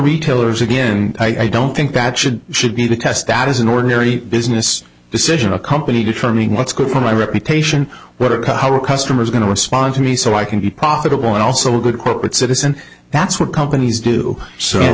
retailers again i don't think that should should be because that is an ordinary business decision a company determining what's good for my reputation what our customers are going to respond to me so i can be profitable and also a good corporate citizen that's what companies do so